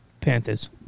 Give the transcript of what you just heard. Panthers